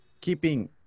keeping